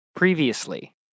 Previously